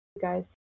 guys